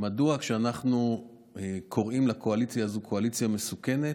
מדוע כשאנחנו קוראים לקואליציה הזאת קואליציה מסוכנת,